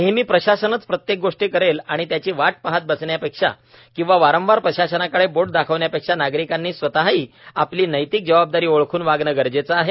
नेहमी प्रशासनच प्रत्येक गोष्ट करेल आणि त्याची वाट पाहत बघण्यापेक्षा किंवा वारंवार प्रशासनाकडे बोट दाखवण्यापेक्षा नागरिकांनी स्वतःही आपली नैतिक जबाबदारी ओळखून वागणे गरजेचे आहे